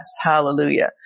Hallelujah